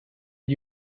did